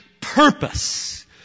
purpose